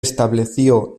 estableció